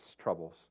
troubles